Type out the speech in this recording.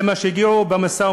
זה מה שהגיעו אליו במשא-ומתן,